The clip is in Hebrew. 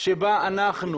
שבה אנחנו,